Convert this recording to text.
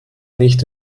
nicht